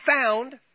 found